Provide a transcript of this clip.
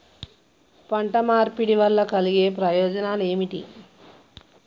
పంట మార్పిడి వల్ల కలిగే ప్రయోజనాలు ఏమిటి?